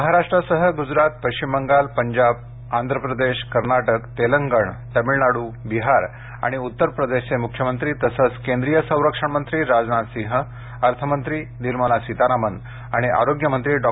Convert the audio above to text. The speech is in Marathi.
महाराष्ट्रासह गुजरात पश्चिम बंगाल पंजाब आंध्रप्रदेश कर्नाटक तेलंगणा तामिळनाडू बिहार आणि उत्तरप्रदेशचे मुख्यमंत्री तसंच केंद्रीय संरक्षण मंत्री राजनाथ सिंह अर्थमंत्री निर्मला सितारामन आणि आरोग्यमंत्री डॉ